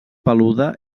peluda